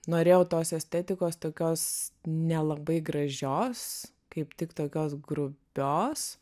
norėjau tos estetikos tokios nelabai gražios kaip tik tokios grubios